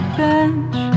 bench